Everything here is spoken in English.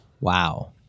Wow